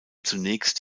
zunächst